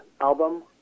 album